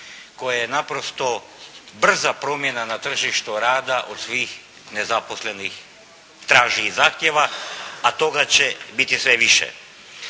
koje naprosto brza promjena na tržištu rada od svih nezaposlenih traži i zahtjeva, a toga će biti sve više.